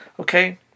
Okay